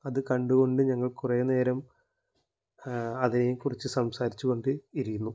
അത് കണ്ടുകൊണ്ട് ഞങ്ങൾ കുറേ നേരം അതിനെക്കുറിച്ച് സംസാരിച്ചുകൊണ്ട് ഇരുന്നു